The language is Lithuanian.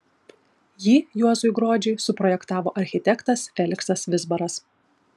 jį juozui gruodžiui suprojektavo architektas feliksas vizbaras